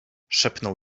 szepnął